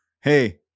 Hey